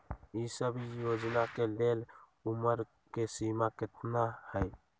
ई सब योजना के लेल उमर के सीमा केतना हई?